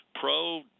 pro